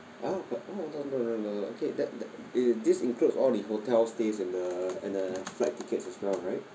oh what no no no no no okay that that this includes all the hotel stays and the and the flight tickets as well right